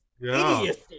idiocy